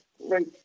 right